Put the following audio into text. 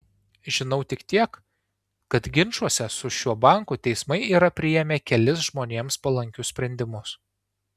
žinau tik tiek kad ginčuose su šiuo banku teismai yra priėmę kelis žmonėms palankius sprendimus